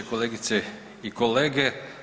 Kolegice i kolege.